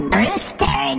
Brewster